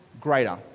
greater